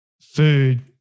food